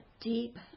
deep